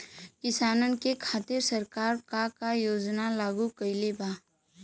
किसानन के खातिर सरकार का का योजना लागू कईले बा?